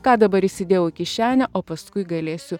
ką dabar įsidėjau į kišenę o paskui galėsiu